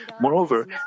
Moreover